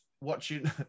watching